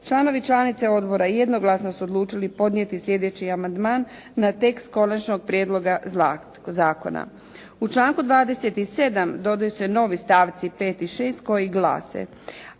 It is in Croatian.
Članovi i članice odbora jednoglasno su odlučili podnijeti sljedeći amandman na tekst konačnog prijedloga zakona. U članku 27. dodaju se novi stavci 5. i 6. koji glase: